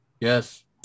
Yes